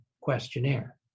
questionnaire